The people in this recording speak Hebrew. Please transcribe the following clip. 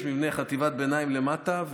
יש מבנה חטיבת ביניים למטה,